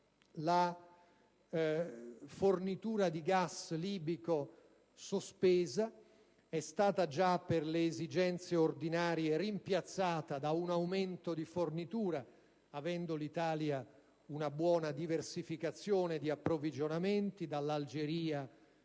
la fornitura di gas libico sospesa è stata già rimpiazzata per le esigenze ordinarie da un aumento di fornitura, avendo l'Italia una buona diversificazione di approvvigionamenti, dall'Algeria